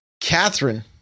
Catherine